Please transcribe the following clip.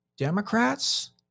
Democrats